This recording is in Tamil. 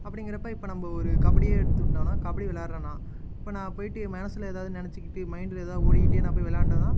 அப்படிங்குறப்ப இப்போ நம்ம ஒரு கபடியே எடுத்துக்கிட்டோம்னா கபடி விளையாடுறேன்னா இப்போ நான் போய்ட்டு என் மனசில் எதாவது நினச்சிக்கிட்டு மைண்டில் எதாவது ஓடிக்கிட்டே நான் போய் விளாண்டன்னா